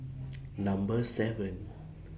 Number seven